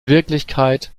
wirklichkeit